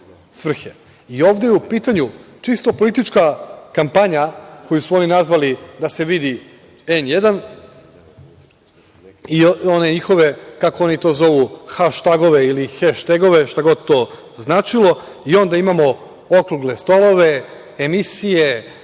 svrhe. Ovde je u pitanju čisto politička kampanja koju su oni nazvali da se vidi „N1“ i one njihove, kako oni to zovu haštagove ili heštegove, šta god to značilo i onda imamo okrugle stolove, emisije,